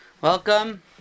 welcome